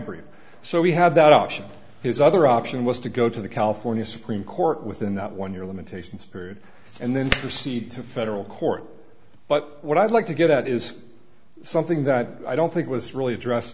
brief so we have that option his other option was to go to the california supreme court within that one year limitations period and then proceed to federal court but what i'd like to get out is something that i don't think was really address